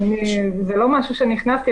זה לא משהו שאני הכנסתי,